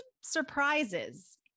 surprises